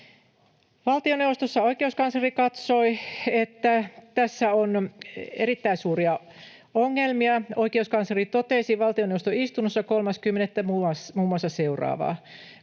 Valtioneuvostossa oikeuskansleri katsoi, että tässä on erittäin suuria ongelmia. Oikeuskansleri totesi valtioneuvoston istunnossa 3.10. muun muassa seuraavaa: